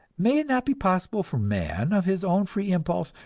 may it not be possible for man, of his own free impulse,